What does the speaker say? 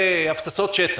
זה הפצצות שטח.